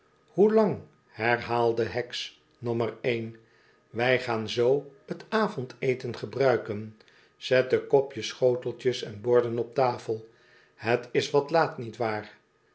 hoelang herhaalde heks nommer een wij gaan zoo t avondeten gebruiken zet de kopjes schoteltjes en borden op tafel het is wat laat niet waar